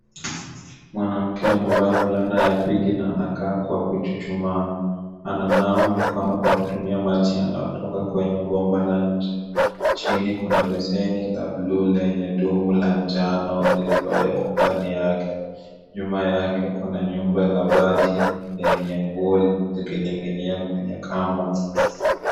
Mwanamke amevaa fulana ya pinki na anakaa kwa kuchuchumaa, ananawa mikono kwa kutumia maji yanayotoka kwenye bomba la nje, chini kuna besheni la bluu lenye domo la njano lililowekwa ndani yake. Nyuma yake kuna nyumba la bati lenye nguo zikining'inia kwenye kamba.